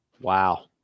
wow